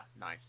Nice